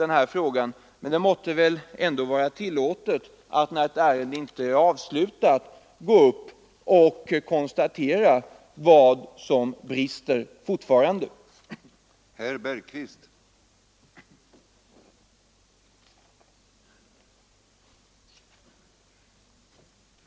När ett ärende inte är avslutat, är det självfallet riktigt att konstatera vad som fortfarande brister.